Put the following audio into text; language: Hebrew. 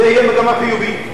זו תהיה מגמה חיובית.